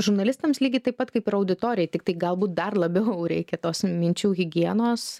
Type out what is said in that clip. žurnalistams lygiai taip pat kaip ir auditorijai tiktai galbūt dar labiau reikia tos minčių higienos